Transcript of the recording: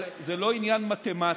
אבל זה לא עניין מתמטי.